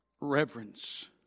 reverence